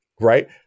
right